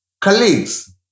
colleagues